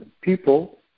people